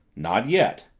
not yet.